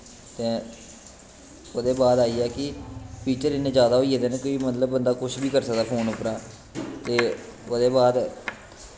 ते ओह्दे बाद आईया कि फिचर इन्ने जादा होई गेदे न कि बंदा कुश बी करी सकदा फोन परा ते ओह्दे बाद